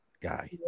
Guy